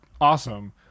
awesome